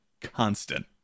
constant